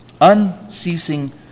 Unceasing